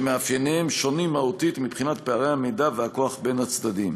שמאפייניהם שונים מהותית מבחינת פערי המידע והכוח בין הצדדים.